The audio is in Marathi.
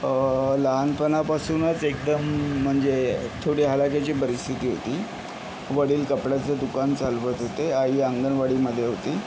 लहानणापासूनच एकदम म्हणजे थोडी हलाखीची परिस्थिती होती वडील कपड्याचे दुकान चालवत होते आई अंगणवाडीमध्ये होती